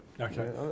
okay